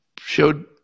showed